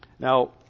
Now